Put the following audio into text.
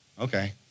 Okay